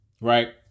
right